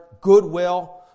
goodwill